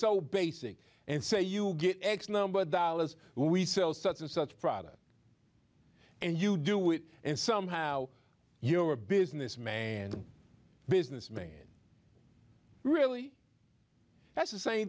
so basic and say you get x number of dollars we sell such and such product and you do it and somehow you're a businessman businessman really has the same